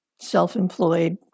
self-employed